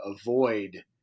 avoid